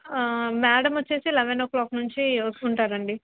madam వచ్చేసి eleven o'clock నుంచి వస్తుంటారండి